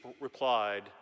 replied